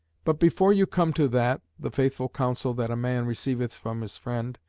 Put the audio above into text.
but before you come to that the faithful counsel that a man receiveth from his friend,